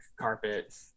carpet